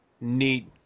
neat